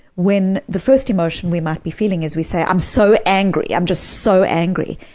when the first emotion we might be feeling is, we say i'm so angry! i'm just so angry.